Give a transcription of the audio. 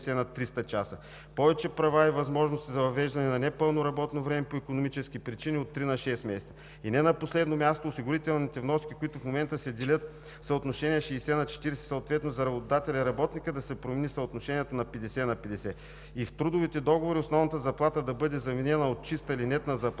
на 300 часа. Повече права и възможности за въвеждане на непълно работно време по икономически причини от три на шест месеца. И не на последно място, осигурителните вноски, които в момента се делят в съотношение 60 на 40 съответно за работодателя и работника, да се промени съотношението на 50 на 50 и в трудовите договори основната заплата да бъде заменена от чиста или нетна заплата,